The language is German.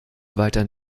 weiter